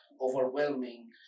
overwhelming